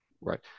Right